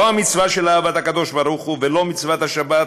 לא המצווה של אהבת הקדוש ברוך הוא ולא מצוות השבת,